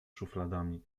szufladami